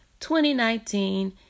2019